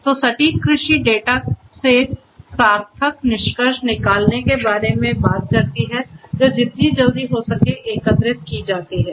तो सटीक कृषि डेटा से सार्थक निष्कर्ष निकालने के बारे में बात करती है जो जितनी जल्दी हो सके एकत्र की जाती है